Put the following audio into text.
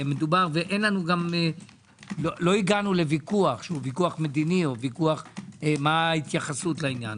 לא הגענו לוויכוח מדיני או מה ההתייחסות לעניין.